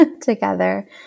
together